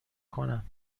کنم